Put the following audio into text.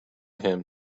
him